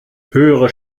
höhere